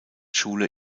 schule